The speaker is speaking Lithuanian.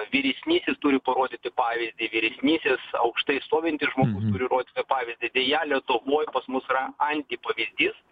vyresnysis turi parodyti pavyzdį vyresnysis aukštai stovintis žmogus turi rodyti pavyzdį deja lietuvoj pas mus yra antipavyzdys